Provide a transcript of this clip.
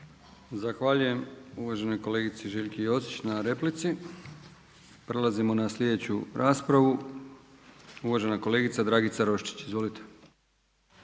Zahvaljujem uvaženom kolegici Željki Josić na replici. Prelazimo na sljedeću raspravu, uvažena kolegica Dragica Roščić. Izvolite.